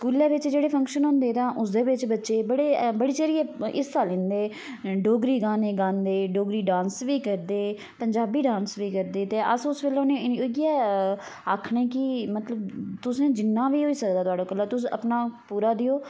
स्कूला बिच जेह्ड़े फंक्शन होंदे तां उसदे बिच बच्चे बड़े बधी चढ़ियै हिस्सा लैंदे डोगरी गाने गांदे डोगरी डांस बी करदे पंजाबी डांस बी करदे ते अस उस बेल्ले उनेंगी इयै आखने कि मतलब तुस जिन्ना बी होई सकदा थुआढ़े कोला तुस अपना पूरा देओ